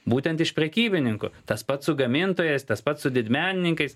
būtent iš prekybininkų tas pats su gamintojais tas pats su didmenininkais